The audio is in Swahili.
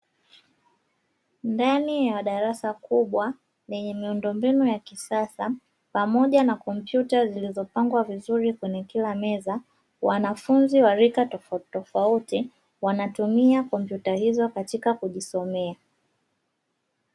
Ndani ya darasa kubwa lenye miundombinu ya kisasa pamoja na kompyuta zilizopangwa vizuri kwenye kila meza, wanafunzi wa rika tofautitofauti wanatumia kompyuta hizo katika kujisomea.